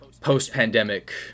post-pandemic